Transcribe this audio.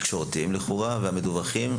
התקשורתיים לכאורה והמדווחים,